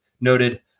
noted